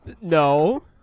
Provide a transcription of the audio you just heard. No